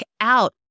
out